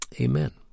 Amen